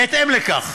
בהתאם לכך,